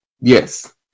Yes